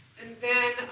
and then,